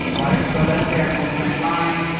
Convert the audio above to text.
right? so let's say i do print line,